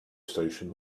station